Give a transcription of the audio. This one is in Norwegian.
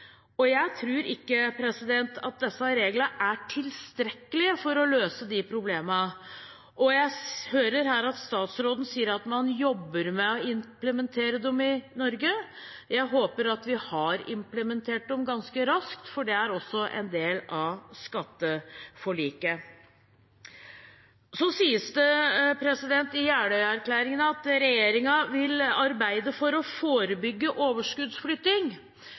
Jeg tror ikke at disse reglene er tilstrekkelige for å løse problemene, og jeg hører her at statsråden sier at man jobber med å implementere dem i Norge. Jeg håper at vi får implementert dem ganske raskt, for det er også en del av skatteforliket. Så sies det i Jeløya-erklæringen at regjeringen vil arbeide for å forebygge overskuddsflytting,